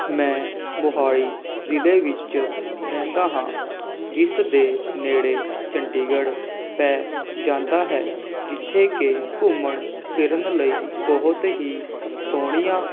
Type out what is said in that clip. ਮੈਂ ਮੋਹਾਲੀ ਜ਼ਿਲ੍ਹੇ ਵਿੱਚ ਰਹਿੰਦਾ ਹਾਂ ਜਿਸ ਦੇ ਨੇੜੇ ਚੰਡੀਗੜ੍ਹ ਪੈ ਜਾਂਦਾ ਹੈ ਜਿੱਥੇ ਕਿ ਘੁੰਮਣ ਫਿਰਨ ਲਈ ਬਹੁਤ ਹੀ ਸੋਹਣੀਆਂ